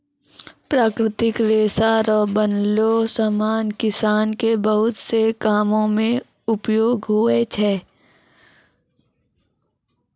प्राकृतिक रेशा रो बनलो समान किसान के बहुत से कामो मे उपयोग हुवै छै